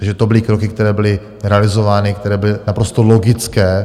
Takže to byly kroky, které byly realizovány, které byly naprosto logické.